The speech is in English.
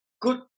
good